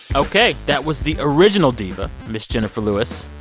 ok. that was the original diva, ms. jenifer lewis.